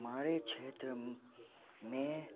हमारे क्षेत्र में